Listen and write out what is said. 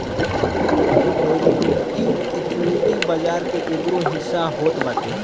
derivative, equity बाजार के एगो हिस्सा होत बाटे